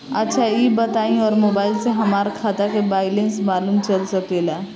अच्छा ई बताईं और मोबाइल से हमार खाता के बइलेंस मालूम चल सकेला?